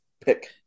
pick